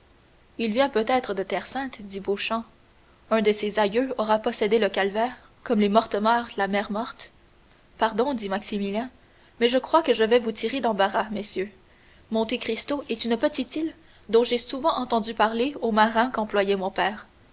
il vient peut-être de terre sainte dit beauchamp un de ses aïeux aura possédé le calvaire comme les mortemart la mer morte pardon dit maximilien mais je crois que je vais vous tirer d'embarras messieurs monte cristo est une petite île dont j'ai souvent entendu parler aux marins qu'employait mon père